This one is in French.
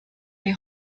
les